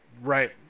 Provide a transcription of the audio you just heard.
Right